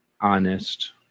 honest